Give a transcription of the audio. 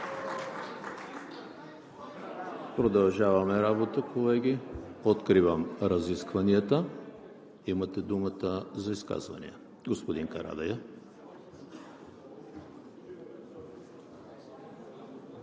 Продължаваме работа, колеги. Откривам разискванията. Имате думата за изказвания. Господин Карадайъ.